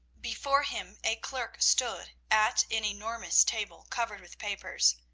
before him a clerk stood at an enormous table covered with papers.